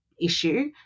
issue